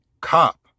cop